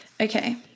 Okay